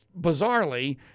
bizarrely